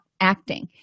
acting